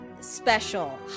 special